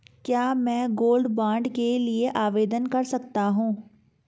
क्या मैं gold bond के लिए आवेदन कर सकता हूं?